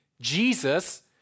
Jesus